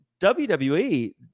WWE